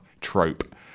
trope